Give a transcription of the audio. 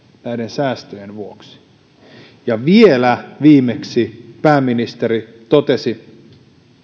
näiden säästöjen vuoksi vielä viimeksi pääministeri totesi